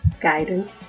Guidance